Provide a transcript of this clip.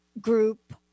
group